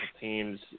teams